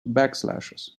backslashes